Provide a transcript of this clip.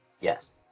yes